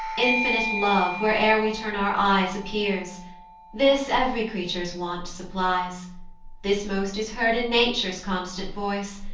infinite love where'er we turn our eyes appears this ev'ry creature's wants supplies this most is heard in nature's constant voice,